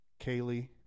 Kaylee